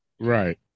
Right